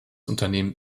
unternehmen